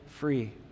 free